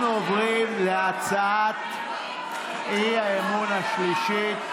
אנחנו עוברים להצעת האי-אמון השלישית.